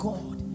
God